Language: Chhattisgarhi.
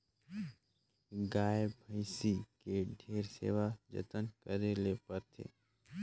गाय, भइसी के ढेरे सेवा जतन करे ले परथे